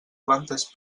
plantes